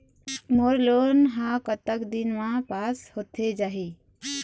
मोर loan हा कतक दिन मा पास होथे जाही?